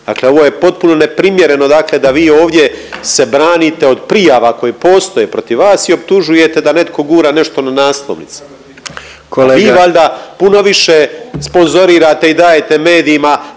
Dakle ovo je potpuno neprimjereno dakle da vi ovdje se branite od prijava koje postoje protiv vas i optužujete da netko gura nešto na naslovnice. …/Upadica predsjednik: Kolega./… Vi valjda puno više sponzorirate i dajete medijima